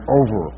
over